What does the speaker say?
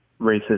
racist